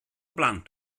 blant